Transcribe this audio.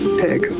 pig